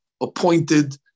appointed